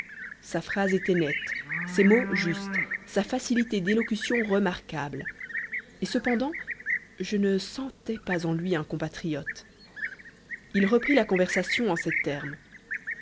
sa phrase était nette ses mots justes sa facilité d'élocution remarquable et cependant je ne sentais pas en lui un compatriote il reprit la conversation en ces termes